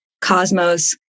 cosmos